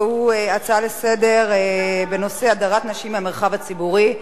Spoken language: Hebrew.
הצעה לסדר בנושא: הדרת נשים מהמרחב הציבורי.